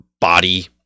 body